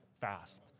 fast